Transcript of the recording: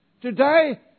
Today